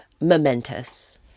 momentous